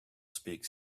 speak